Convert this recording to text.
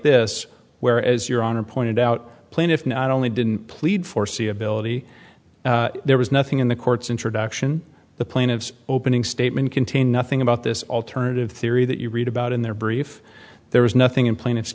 this where as your honor pointed out plaintiffs not only didn't plead foreseeability there was nothing in the court's introduction the plaintiffs opening statement contain nothing about this alternative theory that you read about in their brief there was nothing in plain